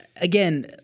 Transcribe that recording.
again